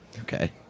Okay